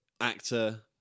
actor